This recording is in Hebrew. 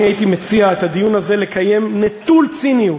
הייתי מציע לקיים את הדיון הזה נטול ציניות,